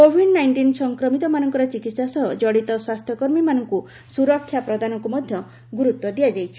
Covid nineteen ସଂକ୍ରମିତ ମାନଙ୍କର ଚିକିିି୍ସା ସହ ଜଡ଼ିତ ସ୍ୱାସ୍ଥ୍ୟ କର୍ମୀମାନଙ୍କୁ ସୁରକ୍ଷା ପ୍ରଦାନକୁ ମଧ୍ୟ ଗୁରୁତ୍ୱ ଦିଆଯାଇଛି